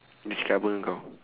dia cakap apa dengan kau